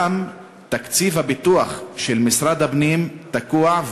גם תקציב הפיתוח של משרד הפנים תקוע,